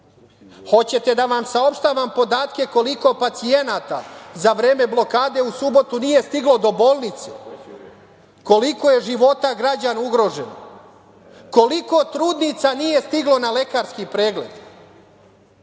prođu. Hoćete da vam saopštavam podatke koliko pacijenata za vreme blokade u subotu nije stiglo do bolnice, koliko je života građana ugroženo, koliko trudnica nije stiglo na lekarski pregled,